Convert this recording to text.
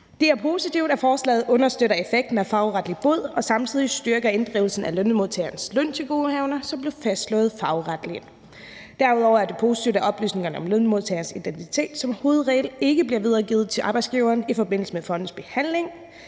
Det er positivt, at forslaget understøtter effekten af fagretlig bod og samtidig styrker inddrivelsen af lønmodtagerens løntilgodehavende, som bliver fastslået fagretligt. Derudover er det positivt, at oplysninger om lønmodtagers identitet som hovedregel ikke bliver videregivet til arbejdsgiveren i forbindelse med fondens behandling,